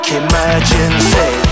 emergency